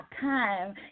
time